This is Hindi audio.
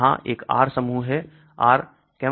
यहां एक R समूह है R camphanoyl है